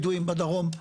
בדואים בדרום.